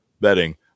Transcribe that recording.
betting